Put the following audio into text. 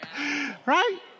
Right